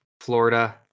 Florida